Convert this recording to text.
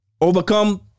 overcome